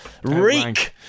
Reek